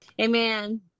Amen